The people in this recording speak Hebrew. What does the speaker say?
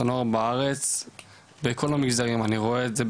הנוער בארץ בכל המגזרים אני רואה את זה,